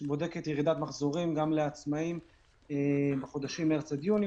שבודקת ירידת מחזורים גם לעצמאיים בחודשים מרץ עד יוני.